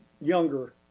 younger